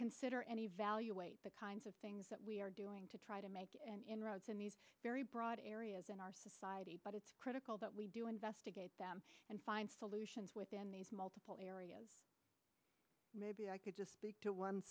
consider and evaluate the kinds of things that we are doing to try to make inroads in these very broad areas in our society but it's critical that we do investigate and find solutions within these multiple areas maybe i could just speak to one